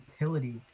utility